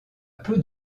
peu